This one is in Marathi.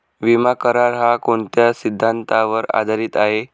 विमा करार, हा कोणत्या सिद्धांतावर आधारीत आहे?